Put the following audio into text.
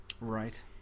Right